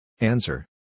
Answer